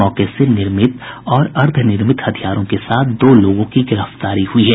मौके से निर्मित और अर्ध निर्मित हथियारों के साथ दो लोगों की गिरफ्तारी हुई है